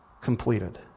completed